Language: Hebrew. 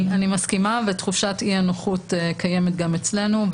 אני מסכימה ותחושת האי-נוחות קיימת גם אצלנו,